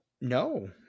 No